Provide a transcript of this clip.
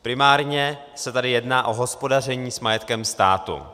Primárně se tady jedná o hospodaření s majetkem státu.